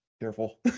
careful